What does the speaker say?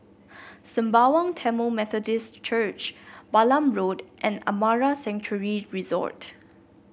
Sembawang Tamil Methodist Church Balam Road and Amara Sanctuary Resort